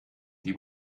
die